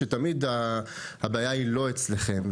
שתמיד הבעיה היא לא אצלכם.